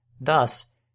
Thus